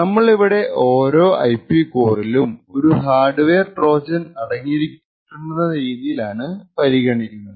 നമ്മൾ ഇവിടെ ഓരോ ഐപി കോറിലും ഒരു ഹാർഡ്വെയർ ട്രോജൻ അടങ്ങിയിരിക്കുന്നുണ്ടെന്ന രീതിയിലാണ് പരിഗണിക്കുന്നത്